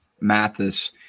Mathis